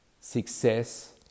Success